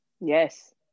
Yes